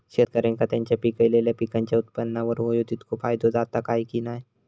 शेतकऱ्यांका त्यांचा पिकयलेल्या पीकांच्या उत्पन्नार होयो तितको फायदो जाता काय की नाय?